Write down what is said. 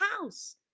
house